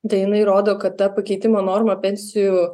tai jinai rodo kad ta pakeitimo norma pensijų